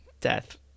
Death